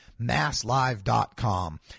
MassLive.com